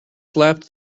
slapped